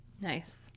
Nice